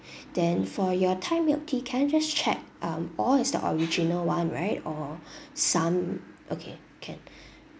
then for your thai milk tea can I just check um all is the original one right or some okay can